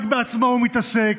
רק בעצמו הוא מתעסק,